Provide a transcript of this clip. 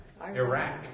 Iraq